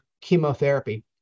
chemotherapy